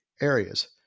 areas